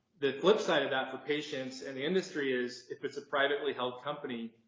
the flipside of that the patience and the industry is if it's a privately held company